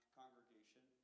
congregation